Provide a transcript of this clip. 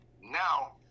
Now